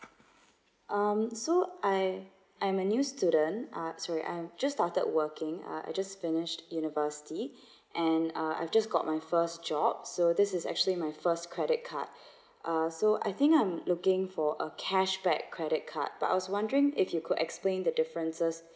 um so I I'm a new student ah sorry I'm I just started working uh I just finished university and uh I've just got my first job so this is actually my first credit card uh so I think I'm looking for a cash back credit card but I was wondering if you could explain the differences